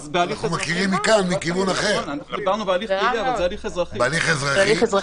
אנחנו מדברים בהליך אזרחי.